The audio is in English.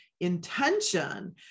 intention